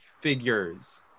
figures